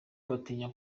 batinya